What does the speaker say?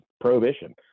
prohibition